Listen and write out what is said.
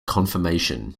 conformation